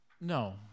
no